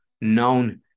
known